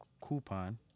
coupon